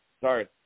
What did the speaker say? Sorry